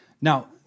Now